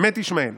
מת ישמעאל.